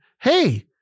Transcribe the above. hey